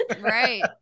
right